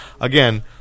again